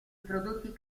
prodotti